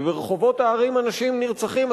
וברחובות הערים אנשים נרצחים,